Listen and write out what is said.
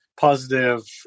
positive